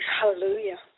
Hallelujah